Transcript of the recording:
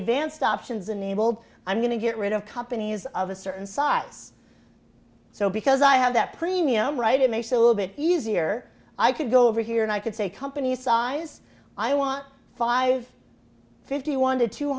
advanced options enabled i'm going to get rid of companies of a certain size so because i have that premium right it may still a bit easier i could go over here and i could say company size i want five fifty one to two